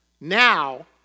Now